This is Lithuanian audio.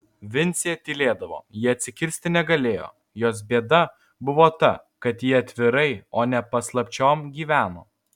vincė tylėdavo ji atsikirsti negalėjo jos bėda buvo ta kad ji atvirai o ne paslapčiom gyveno